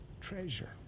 treasure